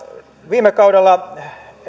viime kaudella